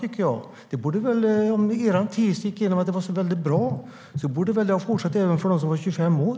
Om er tes att en sänkning av arbetsgivaravgifterna för ungdomar var så bra borde väl detta ha fortsatt även för dem som är 25 år.